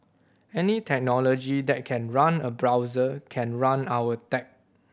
any technology that can run a browser can run our tech